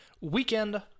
weekend